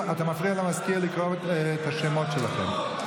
אתה מפריע למזכיר לקרוא את השמות שלכם.